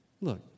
Look